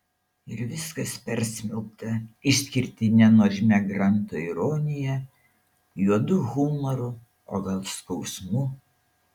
ir viskas persmelkta išskirtine nuožmia granto ironija juodu humoru o gal skausmu